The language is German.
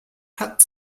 hat